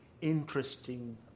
interesting